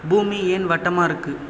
பூமி ஏன் வட்டமாகருக்கு